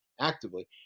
actively